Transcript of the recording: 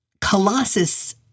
Colossus